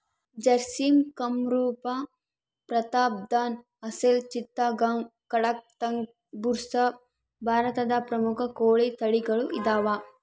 ಜರ್ಸಿಮ್ ಕಂರೂಪ ಪ್ರತಾಪ್ಧನ್ ಅಸೆಲ್ ಚಿತ್ತಗಾಂಗ್ ಕಡಕಂಥ್ ಬುಸ್ರಾ ಭಾರತದ ಪ್ರಮುಖ ಕೋಳಿ ತಳಿಗಳು ಇದಾವ